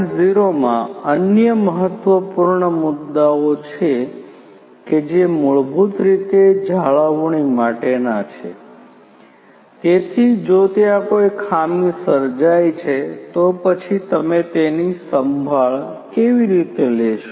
0 માં અન્ય મહત્વપૂર્ણ મુદ્દાઓ છે કે જે મૂળભૂત રીતે જાળવણી માટેના છે તેથી જો ત્યાં કોઈ ખામી સર્જાઇ છે તો પછી તમે તેની સંભાળ કેવી રીતે લેશો